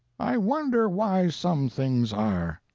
i wonder why some things are?